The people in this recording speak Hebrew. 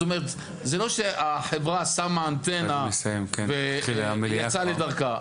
זה לא שהחברה שמה אנטנה ויצאה לדרכה.